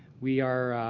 we are